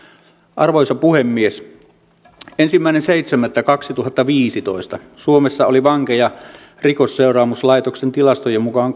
arvoisa puhemies ensimmäinen seitsemättä kaksituhattaviisitoista suomessa oli vankeja rikosseuraamuslaitoksen tilastojen mukaan